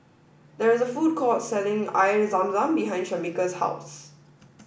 there is a food court selling Air Zam Zam behind Shamika's house